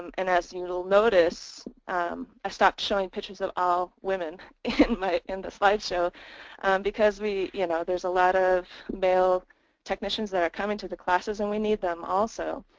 and as you'll notice i stopped showing pictures of all women in the slideshow because we you know there's a lot of male technicians that are coming to the classes and we need them also.